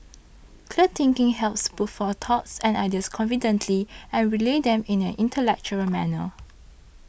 clear thinking helps put forth thoughts and ideas confidently and relay them in an intellectual manner